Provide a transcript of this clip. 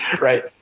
right